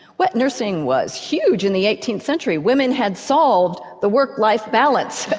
wet nursing was huge in the eighteenth century women had solved the work life balance.